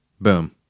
Boom